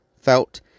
felt